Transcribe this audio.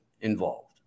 involved